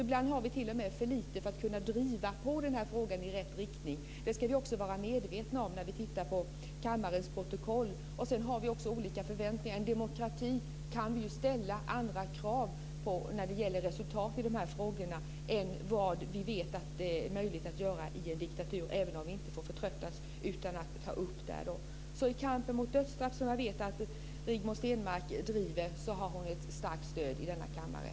Ibland har vi t.o.m. för lite för att kunna driva på den här frågan i rätt riktning. Det ska vi också vara medvetna om när vi tittar i kammarens protokoll. Vi har också olika förväntningar. På en demokrati kan vi ju ställa andra krav när det gäller resultat i de här frågorna än vi vet att det är möjligt att göra i en diktatur, även om vi inte får förtröttas. I kampen mot dödsstraffet, som jag vet att Rigmor Stenmark för, har hon ett starkt stöd i denna kammare.